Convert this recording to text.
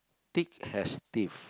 thick as thieves